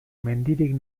mendirik